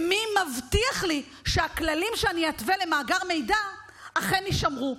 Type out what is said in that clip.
מי מבטיח לי שהכללים שאני אתווה למאגר המידע אכן יישמרו?